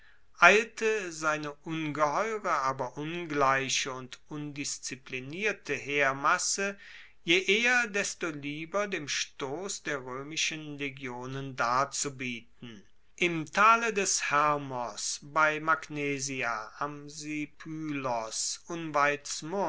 eilte seine ungeheure aber ungleiche und undisziplinierte heermasse je eher desto lieber dem stoss der roemischen legionen darzubieten im tale des hermos bei magnesia am